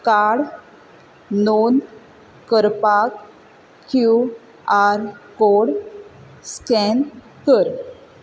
card नोंद करपाक Q R code scan कर